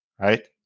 right